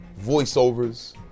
voiceovers